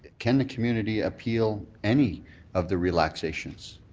can the community appeal any of the relaxations,